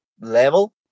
level